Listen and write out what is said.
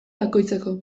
bakoitzeko